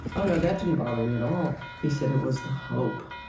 oh, no, that didn't bother me at all. he said, it was the hope.